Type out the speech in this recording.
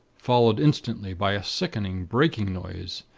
followed instantly by a sickening, breaking noise,